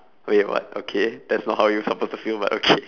wait what okay that's not how you're supposed to feel but okay